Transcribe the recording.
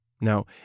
Now